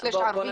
ערבי?